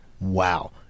wow